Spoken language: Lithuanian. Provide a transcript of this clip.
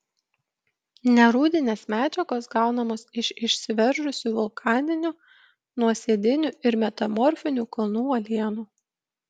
nerūdinės medžiagos gaunamos iš išsiveržusių vulkaninių nuosėdinių ir metamorfinių kalnų uolienų